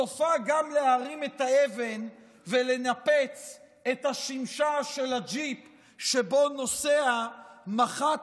סופה גם להרים את האבן ולנפץ את השמשה של הג'יפ שבו נוסע מח"ט